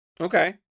Okay